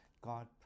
God